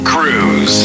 Cruise